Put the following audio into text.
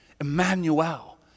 Emmanuel